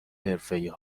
حرفه